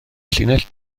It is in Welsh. llinell